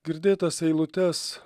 girdėtas eilutes